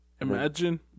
Imagine